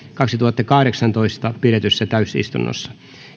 kaksituhattakahdeksantoista pidetyssä täysistunnossa